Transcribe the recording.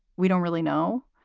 we don't really know.